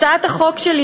הצעת החוק שלי,